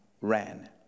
ran